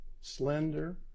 slender